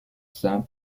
simple